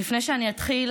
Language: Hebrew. לפני שאני אתחיל